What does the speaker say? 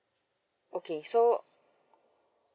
okay so